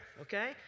okay